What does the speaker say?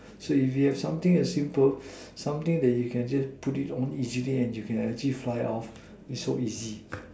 so if you have something as simple something that you can just put it on easily and you can actually fly off is so easy